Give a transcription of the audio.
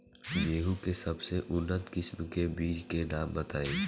गेहूं के सबसे उन्नत किस्म के बिज के नाम बताई?